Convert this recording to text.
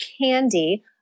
candy